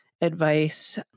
advice